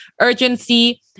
urgency